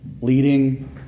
leading